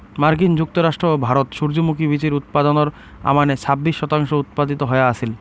মার্কিন যুক্তরাষ্ট্র ও ভারত সূর্যমুখী বীচির উৎপাদনর আমানে ছাব্বিশ শতাংশ উৎপাদিত হয়া আছিল